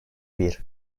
bir